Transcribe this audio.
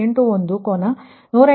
81 ಕೋನ 108